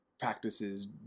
practices